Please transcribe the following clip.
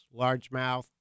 largemouth